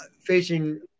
facing –